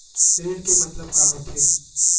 ऋण के मतलब का होथे?